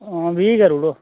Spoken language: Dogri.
हां बीह् करी ओड़ो